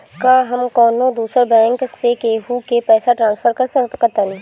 का हम कौनो दूसर बैंक से केहू के पैसा ट्रांसफर कर सकतानी?